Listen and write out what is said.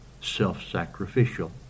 self-sacrificial